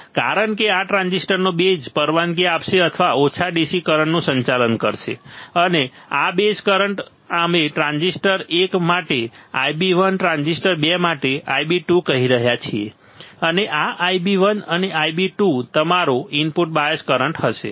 આ કારણે આ ટ્રાન્ઝિસ્ટરનો બેઝ પરવાનગી આપશે અથવા ઓછા DC કરંટનું સંચાલન કરશે અને આ બેઝ કરંટ અમે ટ્રાન્ઝિસ્ટર એક માટે Ib1 ટ્રાન્ઝિસ્ટર 2 માટે Ib2 કહી રહ્યા છીએ અને આ Ib1 અને Ib2 તમારો ઇનપુટ બાયસ કરંટ હશે